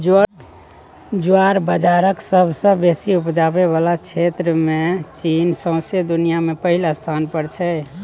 ज्वार बजराक सबसँ बेसी उपजाबै बला क्षेत्रमे चीन सौंसे दुनियाँ मे पहिल स्थान पर छै